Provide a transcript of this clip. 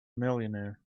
millionaire